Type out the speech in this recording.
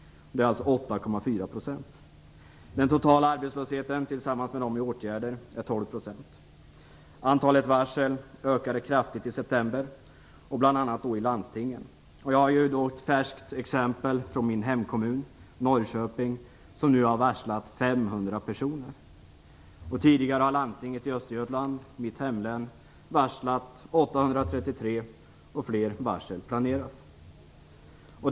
Det är alltså 8,4 %. Den totala arbetslösheten, inklusive de som är i åtgärder, är 12 %. Antalet varsel ökade kraftigt i september, bl.a. inom landstingen. Jag har ett färskt exempel från min hemkommun Norrköping som nu har varslat 500 personer. Tidigare har Landstinget i Östergötland, mitt hemlän, varslat 833, och fler varsel planeras.